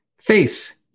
face